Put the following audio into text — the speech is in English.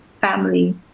family